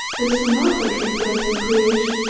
this were not her true place in creation.